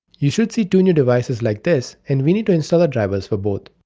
you should see two new devices like this and we need to install the drivers for both.